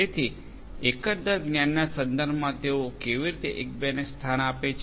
તેથી એકંદર જ્ઞાનના સંદર્ભમાં તેઓ કેવી રીતે એકબીજાને સ્થાન આપે છે